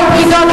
הפקידות,